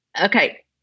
Okay